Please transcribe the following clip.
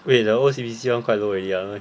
wait the O_C_B_C one quite low already ah no meh